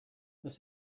this